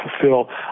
fulfill